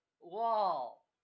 wall